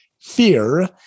fear